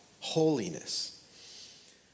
holiness